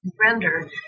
render